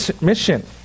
mission